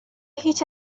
هیچ